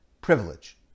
privilege